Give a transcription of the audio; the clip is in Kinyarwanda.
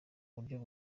buryo